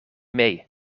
mee